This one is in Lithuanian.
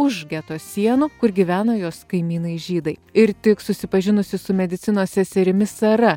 už geto sienų kur gyveno jos kaimynai žydai ir tik susipažinusi su medicinos seserimi sara